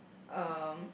um